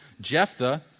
Jephthah